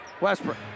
Westbrook